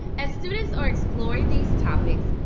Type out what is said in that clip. as students are exploring these topics,